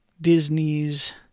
Disney's